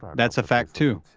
that's a fact, too.